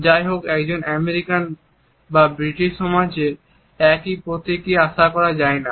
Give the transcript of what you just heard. যাইহোক একজন আমেরিকান বা ব্রিটিশ সমাজে একই প্রতিক্রিয়া আশা করা যায় না